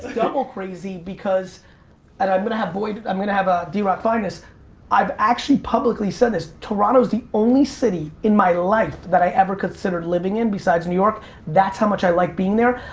ah crazy because and i'm gonna have boyd i'm gonna have a d-roc finest i've actually publicly said this toronto is the only city in my life that i ever considered living in besides, new york that's how much i like being there.